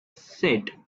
said